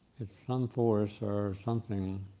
it's some force or something,